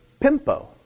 pimpo